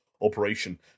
operation